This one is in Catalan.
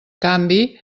canvi